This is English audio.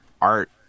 art